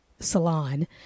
salon